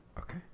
Okay